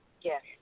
Yes